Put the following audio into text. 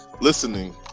Listening